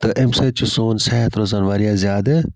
تہٕ امہِ سۭتۍ چھُ سون صحت روزان واریاہ زیادٕ